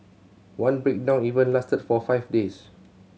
one breakdown even lasted for five days